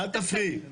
אל תפריעי.